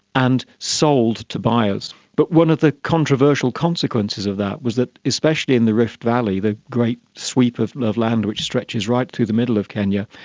and sold to buyers. but one of the controversial consequences of that was that especially in the rift valley, the great sweep of of land which stretches right through the middle of kenya,